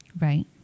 Right